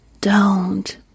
Don't